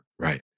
Right